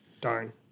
Darn